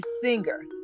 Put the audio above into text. singer